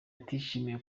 atishimiye